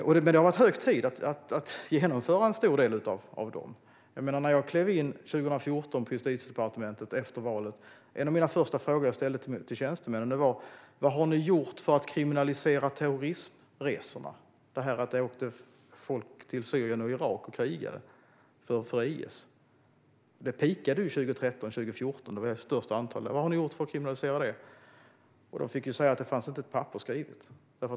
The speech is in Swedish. Det har varit hög tid att genomföra en stor del av dem. När jag klev in på Justitiedepartementet efter valet 2014 var en av de första frågorna jag ställde till tjänstemännen: Vad har ni gjort för att kriminalisera terroristresorna? Det handlar om att folk åkte till Syrien och Irak och krigade för IS. Det peakade ju 2013-2014, då det var störst antal. Jag frågade vad man gjort för att kriminalisera detta, och man fick säga att det inte fanns ett enda papper skrivet.